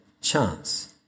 chance